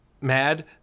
Mad